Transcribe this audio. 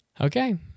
Okay